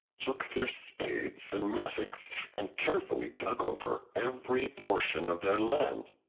took their spades and mattocks and carefully dug over every portion of their land.